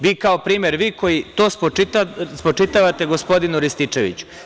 Vi kao primer, vi koji to spočitavate gospodinu Rističeviću.